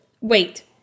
Wait